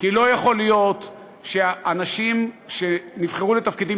כי לא יכול להיות שאנשים שנבחרו לתפקידים